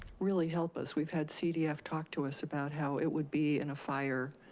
really help us. we've had cdf talk to us about how it would be in a fire,